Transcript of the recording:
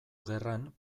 gerran